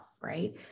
right